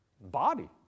body